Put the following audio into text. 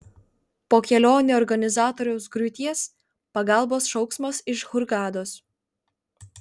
po kelionių organizatoriaus griūties pagalbos šauksmas iš hurgados